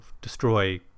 destroy